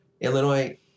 Illinois